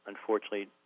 unfortunately